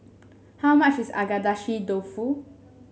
how much is Agedashi Dofu